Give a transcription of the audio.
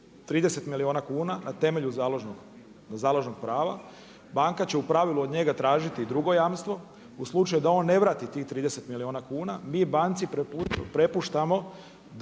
30 milijuna kuna na temelju založnog prava, banka će u pravilu od njega tražiti drugo jamstvo, u slučaju da on ne vrati tih 30 milijuna kuna, vi banci prepuštamo